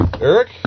Eric